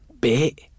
bit